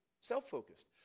self-focused